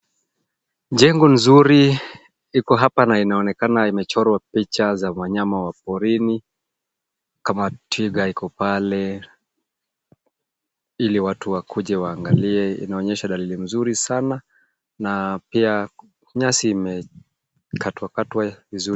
Jengo nzuri liko hapa na linaonekana limechorwa picha za wanyama wa porini kama twiga iko pale, ili watu wakuje waangalie. Inaonyesha dalili mzuri sana na pia nyasi imekatwakatwa vizuri.